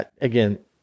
again